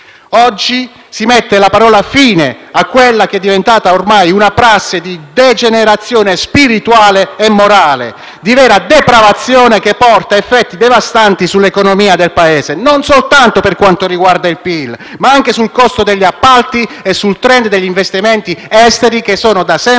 Oggi si mette la parola fine a quella che è diventata ormai una prassi di degenerazione spirituale e morale, di vera depravazione, che porta effetti devastanti sull'economia del Paese, non soltanto per ciò che riguarda il PIL, ma anche sul costo degli appalti e sul *trend* degli investimenti esteri, che da sempre